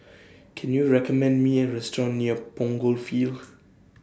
Can YOU recommend Me A Restaurant near Punggol Field